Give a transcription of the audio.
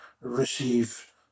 receive